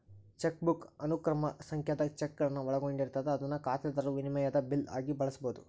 chequebook ಅನುಕ್ರಮ ಸಂಖ್ಯಾದಾಗ ಚೆಕ್ಗಳನ್ನ ಒಳಗೊಂಡಿರ್ತದ ಅದನ್ನ ಖಾತೆದಾರರು ವಿನಿಮಯದ ಬಿಲ್ ಆಗಿ ಬಳಸಬಹುದು